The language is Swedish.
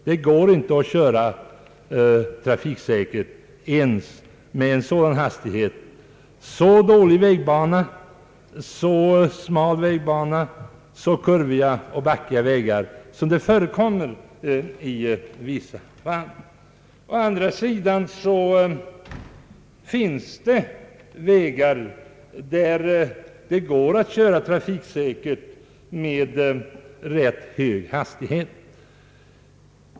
Det skulle inte gå att köra trafiksäkert ens med en sådan hastighet så dålig och smal vägbana och så kurviga och backiga vägar som i vissa fall förekommer. Å andra sidan finns det vägar, där det går att köra trafiksäkert med rätt hög hastighet.